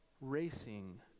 racing